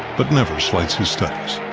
but never slights his studies.